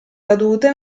cadute